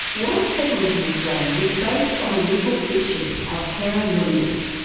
white settlement in australia was based on the legal fiction of terra nullius,